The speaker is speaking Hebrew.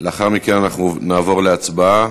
לאחר מכן נעבור להצבעה,